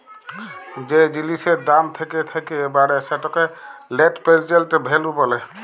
যে জিলিসের দাম থ্যাকে থ্যাকে বাড়ে সেটকে লেট্ পেরজেল্ট ভ্যালু ব্যলে